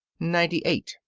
ninety eight.